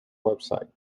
website